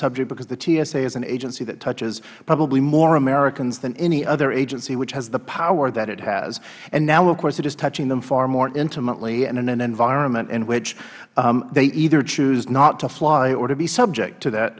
subject because the tsa is an agency that touches probably more americans than any other agency which has the power that it has and now of course it is touching them far more intimately and in an environment in which they either choose not to fly or to be subject to that